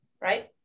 Right